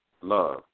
love